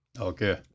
Okay